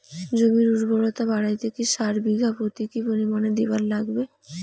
জমির উর্বরতা বাড়াইতে কি সার বিঘা প্রতি কি পরিমাণে দিবার লাগবে?